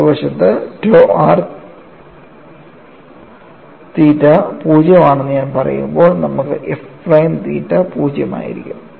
മറുവശത്ത് tau r theta 0 ആണെന്ന് ഞാൻ പറയുമ്പോൾ നമുക്ക് f പ്രൈം തീറ്റ 0 ആയിരിക്കും